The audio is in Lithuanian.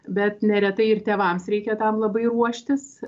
bet neretai ir tėvams reikia tam labai ruoštis